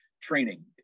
training